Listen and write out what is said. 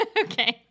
okay